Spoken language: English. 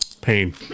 Pain